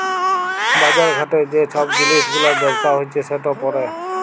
বাজার ঘাটে যে ছব জিলিস গুলার ব্যবসা হছে সেট পড়ে